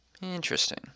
Interesting